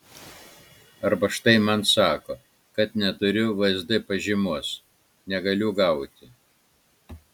arba štai man sako kad neturiu vsd pažymos negaliu gauti